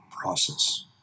process